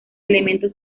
elementos